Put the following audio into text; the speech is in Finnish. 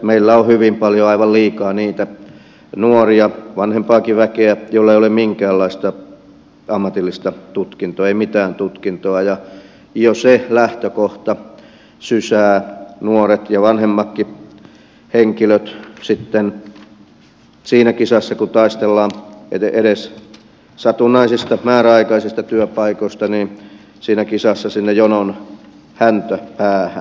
meillä on hyvin paljon aivan liikaa niitä nuoria vanhempaakin väkeä joilla ei ole minkäänlaista ammatillista tutkintoa ei mitään tutkintoa ja jo se lähtökohta sysää nuoret ja vanhemmatkin henkilöt siinä kisassa kun taistellaan edes satunnaisista määräaikaisista työpaikoista sinne jonon häntäpäähän